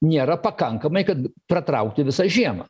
nėra pakankamai kad pratraukti visą žiemą